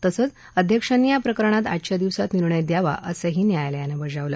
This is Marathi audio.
तसंच अध्यक्षांनी या प्रकरणात आजच्या दिवसात निर्णय द्यावा असंही न्यायालयानं बजावलं